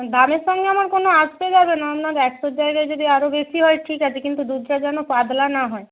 দামের সঙ্গে আমার কোনো আসবে যাবে না আপনার একশোর জায়গায় যদি আরো বেশি হয় ঠিক আছে কিন্তু দুধটা যেন পাতলা না হয়